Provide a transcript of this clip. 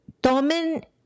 tomen